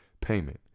payment